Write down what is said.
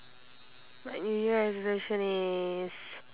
my new year resolution is